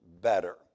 better